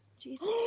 Jesus